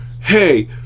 Hey